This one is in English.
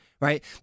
right